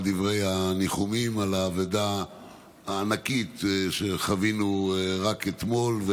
על דברי הניחומים על האבדה הענקית שחווינו רק אתמול,